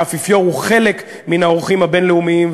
האפיפיור הוא אחד מן האורחים הבין-לאומיים,